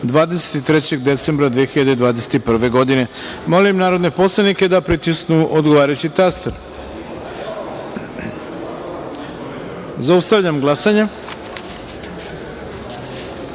23. decembra 2021. godineMolim narodne poslanike da pritisnu odgovarajući taster. Zaustavljam glasanje: